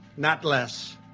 not less.